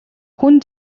хүн